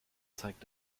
zeigt